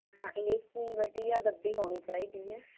ਹਾਂ A C ਵਧੀਆ ਗੱਡੀ ਹੋਣੀ ਚਾਹੀਦੀ ਹੈ